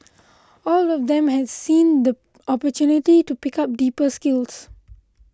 all of them have seen the opportunity to pick up deeper skills